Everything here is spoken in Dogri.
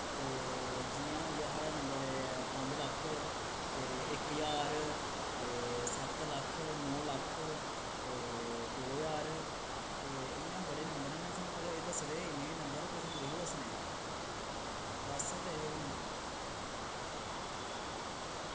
ते जियां होई गेआ साढ़ा नम्बर ऐ पंज लक्ख ते इक ज्हार ते सत्त लक्ख नौ लक्ख ते दो ज्हार ते इ'यां बड़े नम्बर न सानूं पर एह् दस्से दे इन्ने नम्बर ते सानूं एह् हो दस्सने ऐ बस ते एह् हो नम्बर